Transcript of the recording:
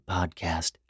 Podcast